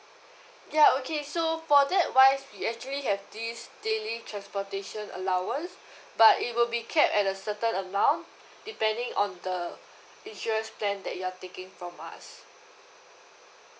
ya okay so for that wise we actually have this daily transportation allowance but it will be kept at a certain amount depending on the insurance plan that you're taking from us